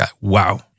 wow